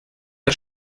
der